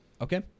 Okay